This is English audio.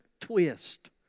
twist